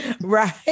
right